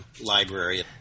library